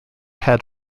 had